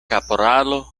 kaporalo